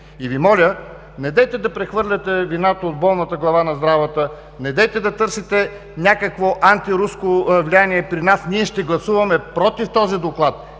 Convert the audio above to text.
Моля Ви, недейте да прехвърляте вината от болната глава на здравата. Недейте да търсите някакво антируско влияние при нас. Ние ще гласуваме „против“ този доклад.